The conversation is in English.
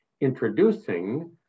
introducing